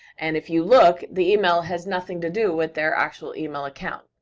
and if you look, the email has nothing to do with their actual email account.